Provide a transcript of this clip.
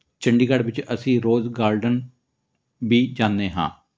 ਚੰਡੀਗੜ੍ਹ ਵਿੱਚ ਅਸੀਂ Rose Garden ਵੀ ਜਾਂਦੇ ਹਾਂ